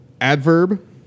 Adverb